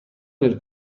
nel